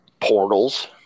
portals